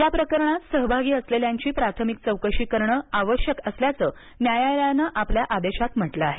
या प्रकरणात सहभाग असलेल्यांची प्राथमिक चौकशी करणं आवश्यक असल्याचं न्यायालयाने आपल्या आदेशात म्हटलं आहे